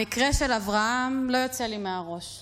המקרה של אברהם לא יוצא לי מהראש,